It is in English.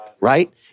right